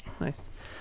Nice